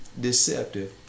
deceptive